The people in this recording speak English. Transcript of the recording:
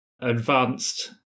advanced